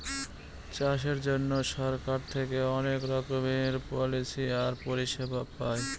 চাষের জন্য সরকার থেকে অনেক রকমের পলিসি আর পরিষেবা পায়